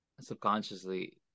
subconsciously